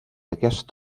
aquest